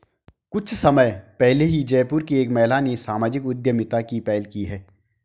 कुछ समय पहले ही जयपुर की एक महिला ने सामाजिक उद्यमिता की पहल की है